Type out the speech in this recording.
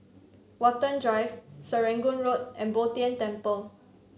Watten Drive Serangoon Road and Bo Tien Temple